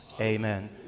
Amen